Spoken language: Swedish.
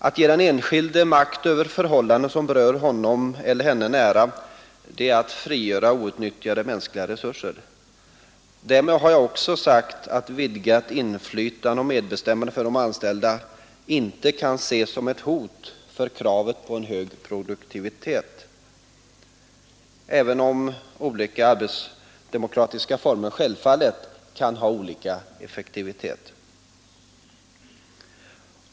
Att ge den enskilde makt över förhållanden som berör honom eller henne nära är att frigöra outnyttjade mänskliga resurser. Därmed är det också sagt att vidgat inflytande och medbestämmande för de anställda inte kan ses som ett hot mot kravet på hög produktivitet, även om olika arbetsdemokratiska former självfallet kan ha olika effektivitet.